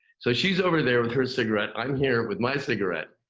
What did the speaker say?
so she's over there with her cigarette. i'm here with my cigarette.